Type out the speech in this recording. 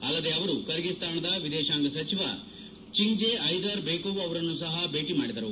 ಅಲ್ಲದೆ ಅವರು ಕರ್ಗೀಸ್ತಾನದ ವಿದೇಶಾಂಗ ಸಚಿವ ಚಿಂಗ್ಜ್ ಐದರ್ ಬೆಕೋವ್ ಅವರನ್ನೂ ಸಹ ಭೇಟಿ ಮಾಡಿದರು